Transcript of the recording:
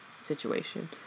situation